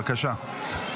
בבקשה.